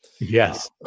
Yes